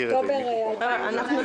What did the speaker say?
באוקטובר 2018 ביקשנו וזה מופיע בפרוטוקול.